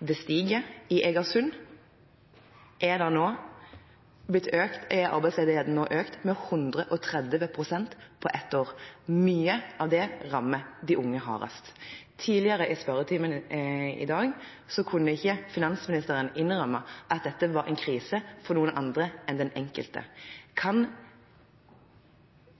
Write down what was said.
I Eigersund er arbeidsledigheten nå økt med 130 pst. på ett år. Mye av det rammer de unge hardest. Tidligere i spørretimen i dag kunne ikke finansministeren innrømme at dette var en krise for noen andre enn den enkelte. Kan